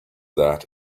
that